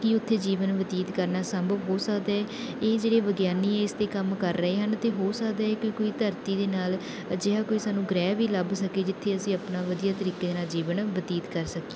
ਕਿ ਉੱਥੇ ਜੀਵਨ ਬਤੀਤ ਕਰਨਾ ਸੰਭਵ ਹੋ ਸਕਦਾ ਹੈ ਇਹ ਜਿਹੜੇ ਵਿਗਿਆਨੀ ਹੈ ਇਸ 'ਤੇ ਕੰਮ ਕਰ ਰਹੇ ਹਨ ਅਤੇ ਹੋ ਸਕਦਾ ਹੈ ਕਿ ਕੋਈ ਧਰਤੀ ਦੇ ਨਾਲ ਅਜਿਹਾ ਕੋਈ ਸਾਨੂੰ ਗ੍ਰਹਿ ਵੀ ਲੱਭ ਸਕੇ ਜਿੱਥੇ ਅਸੀਂ ਆਪਣਾ ਵਧੀਆ ਤਰੀਕੇ ਨਾਲ ਜੀਵਨ ਬਤੀਤ ਕਰ ਸਕੀਏ